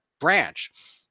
branch